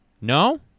no